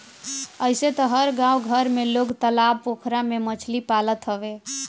अइसे तअ हर गांव घर में लोग तालाब पोखरा में मछरी पालत हवे